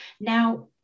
Now